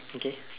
okay